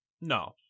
No